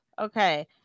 okay